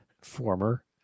former